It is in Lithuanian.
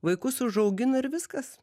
vaikus užaugino ir viskas